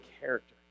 character